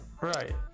Right